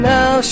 Now